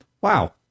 wow